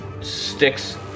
sticks